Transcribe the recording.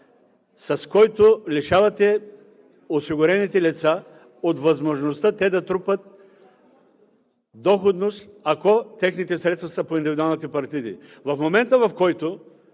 с който лишавате осигурените лица от възможността да трупат доходност, ако техните средства са по индивидуалните партиди. В момента, в който